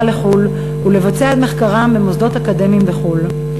לחו"ל ולבצע את מחקרן במוסדות אקדמיים בחו"ל.